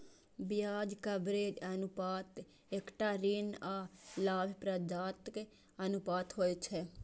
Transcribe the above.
ब्याज कवरेज अनुपात एकटा ऋण आ लाभप्रदताक अनुपात होइ छै